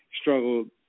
struggled